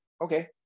Okay